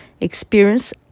experience